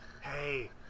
Hey